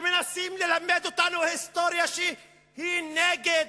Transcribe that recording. הם מנסים ללמד אותנו היסטוריה שהיא נגד